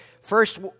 first